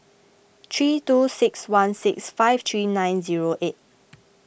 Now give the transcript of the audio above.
three two six one six five three nine zero eight